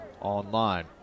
online